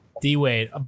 D-Wade